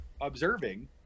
observing